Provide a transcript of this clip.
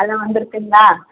அதெலாம் வந்துருக்குதுங்களா